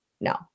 No